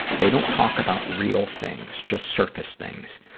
they don't talk about real things, just surface things.